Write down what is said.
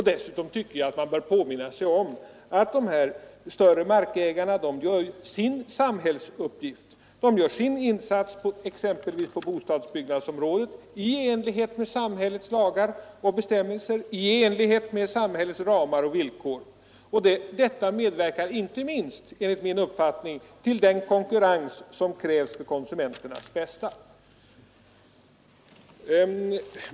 Dessutom tycker jag att man bör erinra sig att dessa större markägare fyller sin samhällsuppgift, de gör sin insats exempelvis på bostadsbyggnadsområdet i enlighet med samhällets lagar och bestämmelser, i enlighet med samhällets ramar och villkor, och inte minst dessa medverkar enligt min uppfattning till den konkurrens som krävs för konsumenternas bästa.